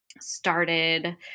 started